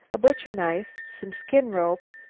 a butcher knife, some skin-rope,